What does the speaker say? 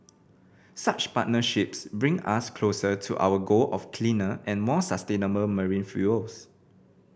such partnerships bring us closer to our goal of cleaner and more sustainable marine fuels